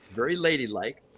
very lady like,